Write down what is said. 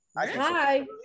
hi